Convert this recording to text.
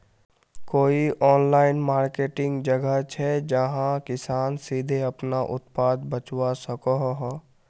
कोई online market जगह छे जहाँ किसान सीधे अपना उत्पाद बचवा सको हो?